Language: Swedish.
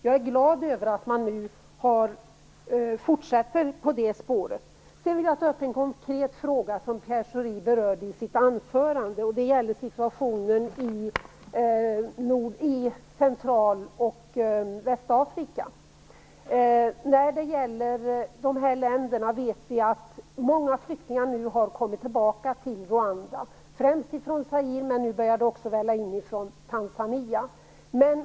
Jag är glad över att man nu fortsätter på det spåret. Jag vill också ta upp en konkret fråga som Pierre Schori berörde i sitt anförande. Det gäller situationen i Central och Västafrika. När det gäller dessa länder vet vi att många flyktingar nu har kommit tillbaka till Rwanda, främst från Zaire, men nu börjar de också välla in från Tanzania.